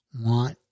want